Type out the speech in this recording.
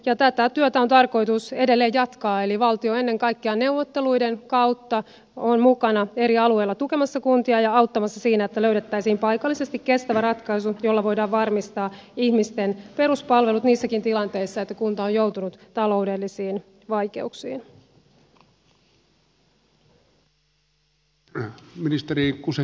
tätä työtä on tarkoitus edelleen jatkaa eli valtio ennen kaikkea neuvotteluiden kautta on mukana eri alueilla tukemassa kuntia ja auttamassa siinä että löydettäisiin paikallisesti kestävä ratkaisu jolla voidaan varmistaa ihmisten peruspalvelut niissäkin tilanteissa että kunta on joutunut taloudellisiin vaikeuksiin